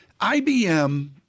IBM –